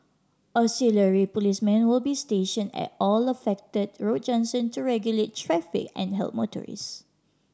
auxiliary policemen will be station at all affect road junction to regulate traffic and help motorists